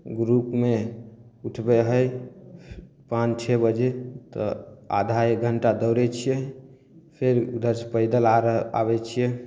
ग्रुपमे उठबय हइ पाँच छओ बजे तऽ आधा एक घण्टा दौड़य छियै फेर उधरसँ पैदल आर आबय छियै